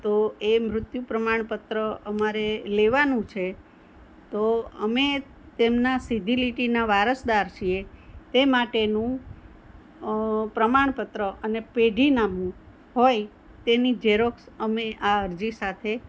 તો એ મુત્યુ પ્રમાણપત્ર અમારે લેવાનું છે તો અમે તેમના સીધી લીટીના વારસદાર છીએ તે માટેનું પ્રમાણપત્ર અને પેઢીનામું હોય તેની ઝેરોક્ષ અમે આ અરજી સાથે